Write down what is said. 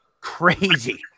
crazy